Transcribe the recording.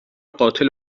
قاتل